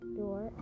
door